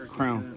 Crown